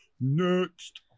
Next